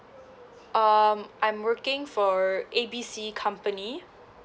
um I'm working for A B C company